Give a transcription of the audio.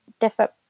different